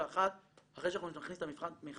371, אחרי שאנחנו נכניס את מבחן התמיכה